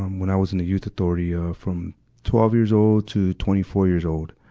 um when i was in the youth authority, ah, from twelve years old to twenty four years old,